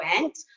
went